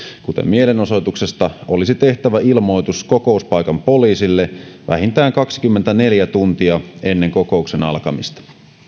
kuten mielenosoituksesta olisi tehtävä ilmoitus kokouspaikan poliisille vähintään kaksikymmentäneljä tuntia ennen kokouksen alkamista